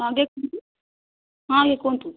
ହଁ ହଁ ଆଜ୍ଞା କୁହନ୍ତୁ